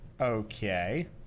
Okay